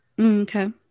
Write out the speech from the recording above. Okay